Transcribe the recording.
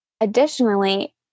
Additionally